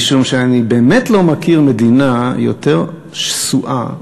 משום שאני באמת לא מכיר מדינה יותר שסועה,